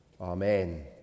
Amen